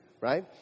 right